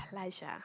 pleasure